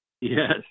Yes